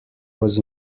was